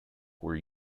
were